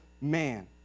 man